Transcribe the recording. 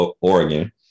Oregon